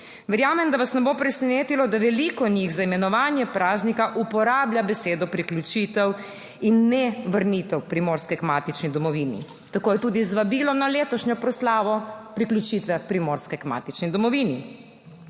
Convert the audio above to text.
Verjamem, da vas ne bo presenetilo, da veliko njih za imenovanje praznika uporablja besedo priključitev in ne vrnitev Primorske k matični domovini. Tako je tudi z vabilo na letošnjo proslavo priključitve Primorske k matični domovini.